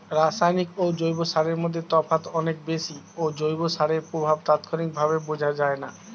রাসায়নিক ও জৈব সারের মধ্যে তফাৎটা অনেক বেশি ও জৈব সারের প্রভাব তাৎক্ষণিকভাবে বোঝা যায়না